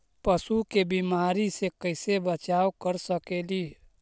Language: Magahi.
पशु के बीमारी से कैसे बचाब कर सेकेली?